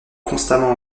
constamment